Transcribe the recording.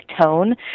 tone